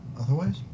Otherwise